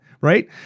right